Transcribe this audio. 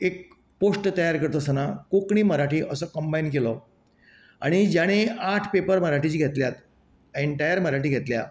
एक पॉस्ट तयार करता आसतना कोंकणी मराठी असो कंबायन केलो आनी ज्याणे आठ पेपर मराठीचे घेतल्यात एन्टायर मराठी घेतल्या